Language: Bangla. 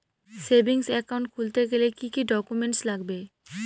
সেভিংস একাউন্ট খুলতে গেলে কি কি ডকুমেন্টস লাগবে?